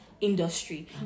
industry